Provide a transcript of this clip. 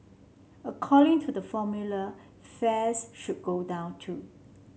according to the formula fares should go down too